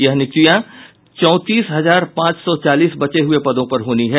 ये नियुक्तियां चौंतीस हजार पांच सौ चालीस बचे हुये पदों पर होनी है